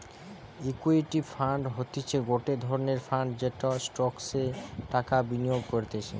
equity fund হতিছে গটে ধরণের ফান্ড যেটা স্টকসে টাকা বিনিয়োগ করতিছে